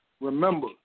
remember